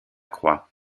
croix